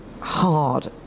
hard